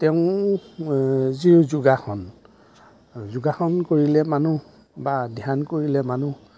তেওঁৰ যি যোগাসন যোগাসন কৰিলে মানুহ বা ধ্যান কৰিলে মানুহ